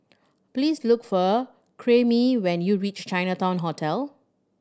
please look for Karyme when you reach Chinatown Hotel